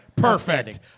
Perfect